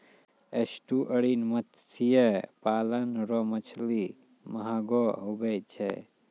estuarine मत्स्य पालन रो मछली महगो हुवै छै